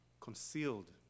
concealed